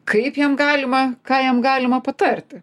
kaip jam galima ką jam galima patarti